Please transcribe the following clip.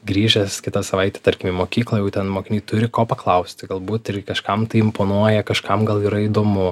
grįžęs kitą savaitę tarkim į mokyklą jau ten mokiniai turi ko paklausti galbūt ir kažkam tai imponuoja kažkam gal yra įdomu